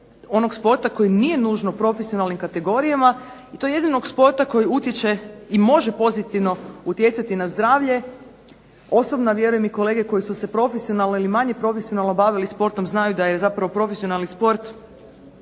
onog sporta koji nije nužno u profesionalnim kategorijama i to jedinog sporta koji utječe i može pozitivno utjecati na zdravlje. Osobno, a vjerujem i kolege koji su se profesionalno ili manje profesionalno bavili sportom znaju da je zapravo profesionalni sport